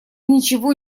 ничего